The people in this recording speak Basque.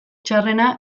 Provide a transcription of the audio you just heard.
txarrena